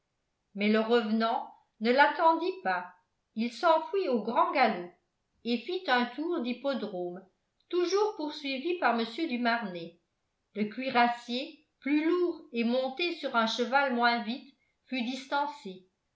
mais le revenant ne l'attendit pas il s'enfuit au grand galop et fit un tour d'hippodrome toujours poursuivi par mr du marnet le cuirassier plus lourd et monté sur un cheval moins vite fut distancé